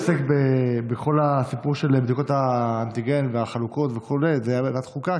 מי שמתעסק בכל הסיפור של בדיקות האנטיגן והחלוקות וכו' זו ועדת החוקה,